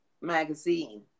magazine